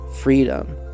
freedom